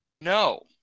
no